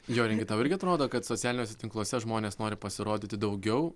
joringi tau irgi atrodo kad socialiniuose tinkluose žmonės nori pasirodyti daugiau